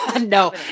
No